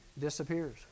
disappears